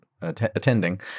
attending